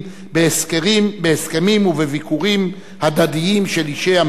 בהסכמים ובביקורים הדדיים של אישי המדינה,